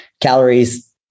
calories